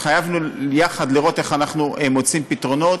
התחייבנו יחד לראות איך אנחנו מוצאים פתרונות,